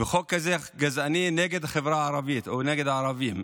לחוק כזה גזעני נגד החברה הערבית או נגד הערבים,